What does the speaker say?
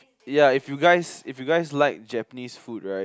ya if you guys if you guys like Japanese food right